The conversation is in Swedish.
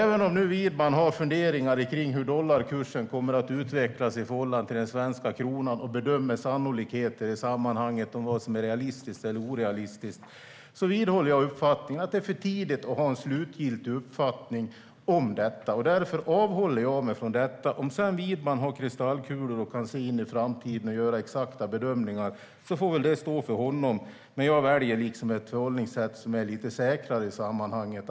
Även om nu Widman har funderingar kring hur dollarkursen kommer att utvecklas i förhållande till den svenska kronan och bedömer sannolikheter och vad som är realistiskt eller orealistiskt vidhåller jag uppfattningen att det är för tidigt att ha en slutgiltig uppfattning om detta. Därför avhåller jag mig från det. Om sedan Widman har kristallkulor och kan se in i framtiden och göra exakta bedömningar får väl det stå för honom. Jag väljer ett förhållningssätt som är lite säkrare i sammanhanget.